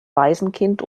waisenkind